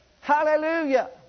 Hallelujah